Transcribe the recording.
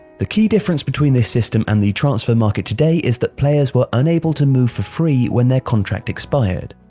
the key difference between this system and the transfer market today is that players were unable to move for free when their contract expired.